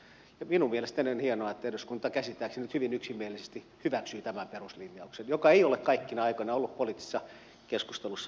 ja minun mielestäni on hienoa että eduskunta käsittääkseni nyt hyvin yksimielisesti hyväksyy tämän peruslinjauksen joka ei ole kaikkina aikoina ollut poliittisessa keskustelussa niin itsestäänselvyys